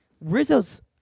Rizzo's